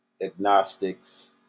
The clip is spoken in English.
agnostics